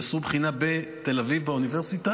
יעשו בחינה בתל אביב באוניברסיטה,